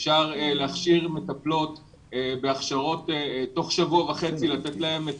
אפשר להכשיר מטפלות בהכשרות ותוך שבוע וחצי לתת להן את